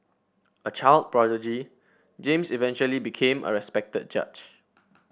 a child prodigy James eventually became a respected judge